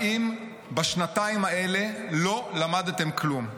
האם בשנתיים האלה לא למדתם כלום?